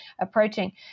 approaching